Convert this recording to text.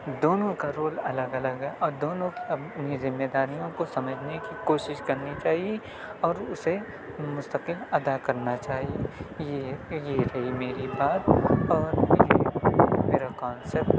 دونوں کا رول الگ الگ ہے اور دونوں کی اپنی اپنی ذمہ داریوں کو سمجھنے کی کوشش کرنی چاہیے اور اسے مستقل ادا کرنا چاہیے یہ یہ رہی میری بات اور یہ رہا میرا کانسیپٹ